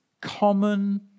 common